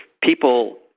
people